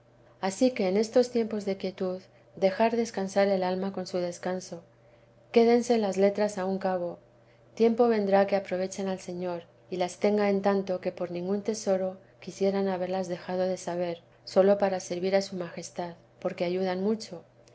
ansí que en estos tiempos de quietud dejar descansar el alma con su descanso quédense las letras a un cabo tiempo verná que aprovechen al señor y las tenga en tanto que por ningún tesoro quisieran haberlas dejado de saber sólo para servir a su majestad porque ayudan mucho